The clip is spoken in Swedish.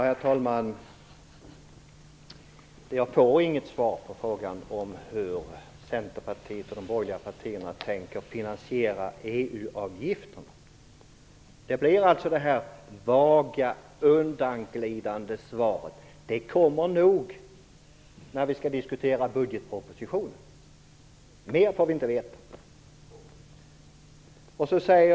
Herr talman! Jag får inget svar på frågan om hur Centerpartiet och de borgerliga partierna tänker finansiera EU-avgifterna. Det blir ett vagt, undanglidande svar. Det kommer nog när vi skall diskutera budgetpropositionen. Mer får vi inte veta.